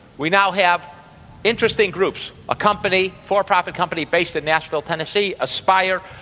we now have interesting groups. a company for-profit company based in nashville, tennessee, aspire,